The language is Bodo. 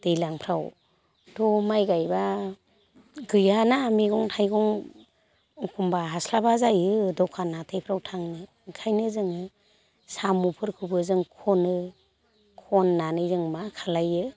दैज्लांफ्रावथ' माइ गायब्ला गैयाना मैगं थाइगं एखमब्ला हास्लाबा जायो दखान हाथायफ्राव थांनो ओंखायनो जोङो साम'फोरखौबो जों खनो खननानै जों मा खालायो